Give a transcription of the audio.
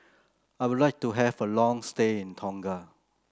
I would like to have a long stay in Tonga